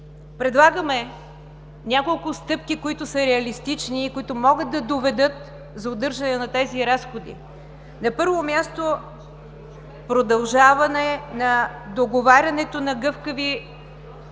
Предлагаме няколко стъпки, които са реалистични и които могат да доведат до удържане на тези разходи. На първо място, продължаване на договарянето на